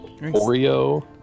Oreo